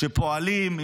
שפועלים,